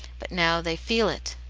but now they feel it.